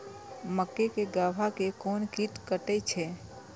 मक्के के गाभा के कोन कीट कटे छे?